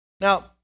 Now